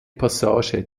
passage